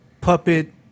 puppet